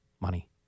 money